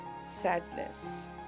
sadness